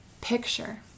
picture